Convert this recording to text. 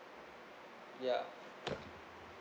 ya